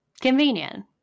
Convenient